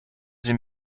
sie